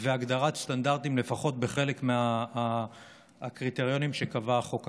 והגדרת סטנדרטים לפחות בחלק מהקריטריונים שקבע החוק הכללי.